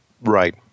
Right